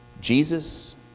Jesus